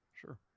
sure